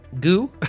Goo